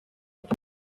had